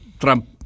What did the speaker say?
Trump